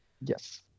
Yes